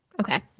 okay